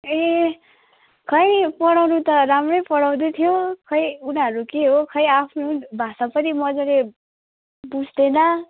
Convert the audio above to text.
ए खै पढाउनु त राम्रै पढाउँदैथ्यो खै उनीहरू के हो खै आफ्नो भाषा पनि मजाले बुझ्दैन